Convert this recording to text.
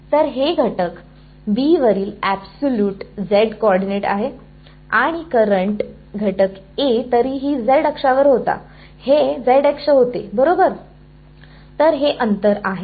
तर हे करंट घटक B वरील एब्सोलुट z कॉर्डीनेट आहे आणि करंट घटक A तरीही z अक्षावर होता हे z अक्ष होते बरोबर आहे तर हे अंतर आहे